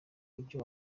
ibyo